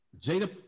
Jada